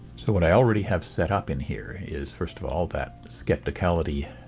so what i already have set up in here is, first of all, that skepticality